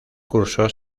curso